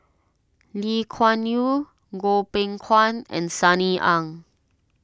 Lee Kuan Yew Goh Beng Kwan and Sunny Ang